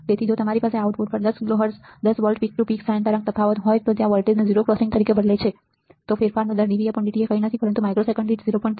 તેથી જો તમારી પાસે આઉટપુટ પર 10 kilohertz 10 volt peak to peak sine તરંગ તફાવત હોય જ્યાં વોલ્ટેજ તેને 0 ક્રોસિંગ તરીકે બદલે છે તો ફેરફારનો દર dVdt કંઈ નથી પરંતુ માઇક્રોસેકન્ડ્સ દીઠ 0